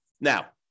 Now